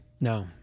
No